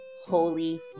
holy